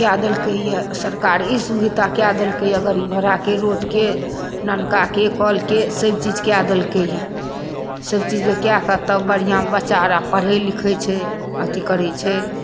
कय दलकै यऽ सरकार ई सुवित्ता कय दलकै यऽ गरीब घोड़ा के रोड के नाला के कौल के सभ सभ चीजके कय दलकै यऽ सभ चीज के कय कऽ तभ बढ़िऑं बच्चा आर आब पढ़ै लिखै छै अथि करै छै